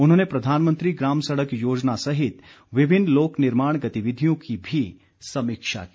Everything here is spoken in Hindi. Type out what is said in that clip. उन्होंने प्रधानमंत्री ग्राम सड़क योजना सहित विभिन्न लोक निर्माण गतिविधियों की भी समीक्षा की